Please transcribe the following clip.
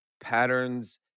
patterns